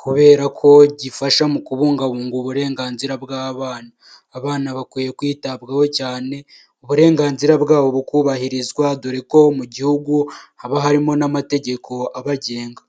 kubera ko gifasha mu kubungabunga uburenganzira bw'abana abana bakwiye kwitabwaho cyane uburenganzira bwabo bukubahirizwa dore ko mu gihugu haba harimo n'amategeko abagenga.